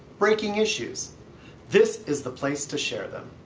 breaking issues this is the place to share them.